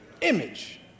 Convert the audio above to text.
Image